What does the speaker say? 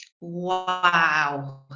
wow